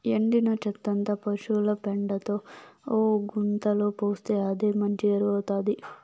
ఎండిన చెత్తంతా పశుల పెండతో గుంతలో పోస్తే అదే మంచి ఎరువౌతాది